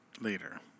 later